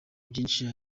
byinshi